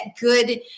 good